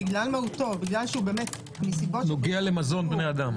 בגלל מהותו- -- נוגע למזון בני אדם.